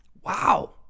Wow